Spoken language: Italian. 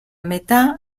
metà